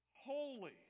holy